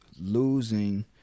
losing